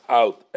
out